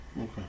Okay